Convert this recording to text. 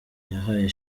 yahaye